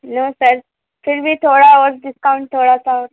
no sir फिर भी थोड़ा और डिस्काउंट थोड़ा सा और